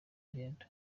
ngendo